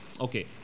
Okay